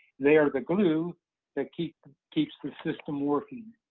they are the glue that keeps keeps the system working.